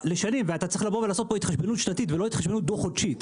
ואתה צריך לעשות פה התחשבנות שנתית ולא התחשבנות דו-חודשית.